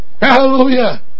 Hallelujah